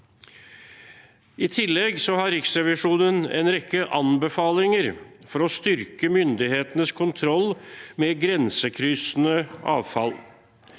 I tillegg har Riksrevisjonen en rekke anbefalinger for å styrke myndighetenes kontroll med grensekryssende avfall.